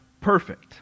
perfect